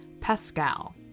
Pascal